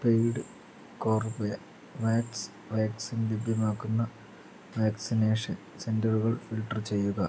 paid Corbevax vaccine ലഭ്യമാക്കുന്ന vaccination സെൻ്ററുകൾ filter ചെയ്യുക